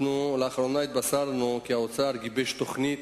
לאחרונה התבשרנו כי האוצר גיבש תוכנית